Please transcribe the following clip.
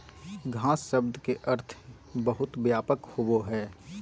घास शब्द के अर्थ बहुत व्यापक होबो हइ